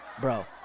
Bro